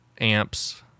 amps